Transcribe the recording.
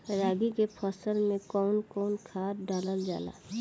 रागी के फसल मे कउन कउन खाद डालल जाला?